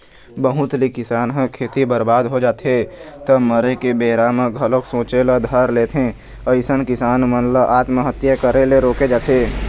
बहुत ले किसान ह खेती बरबाद हो जाथे त मरे के बारे म घलोक सोचे ल धर लेथे अइसन किसान मन ल आत्महत्या करे ले रोके जाथे